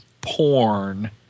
porn